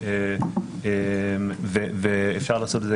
בדיוק.